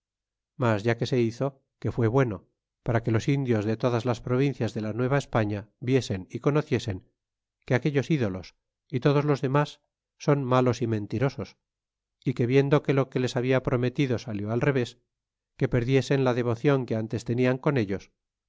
mas ya que se hizo que fué bueno para que los indios de todas las provincias de la nueva españa viesen y conociesen que aquellos ídolos y todos los demas son malos y mentirosos y que viendo que lo que les habia prometido salió al re yes que perdiesen la devocion que ntes tenían con ellos